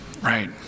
Right